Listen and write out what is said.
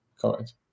Correct